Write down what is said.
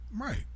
Right